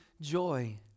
joy